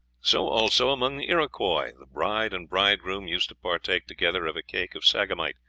so, also, among the iroquois the bride and bridegroom used to partake together of a cake of sagamite,